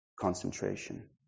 concentration